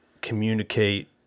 communicate